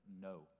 no